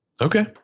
Okay